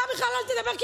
אתה בכלל אל תדבר,